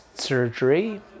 Surgery